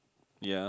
ya